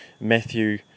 Matthew